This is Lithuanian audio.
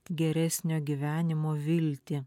geresnio gyvenimo viltį